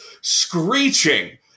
screeching